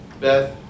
Beth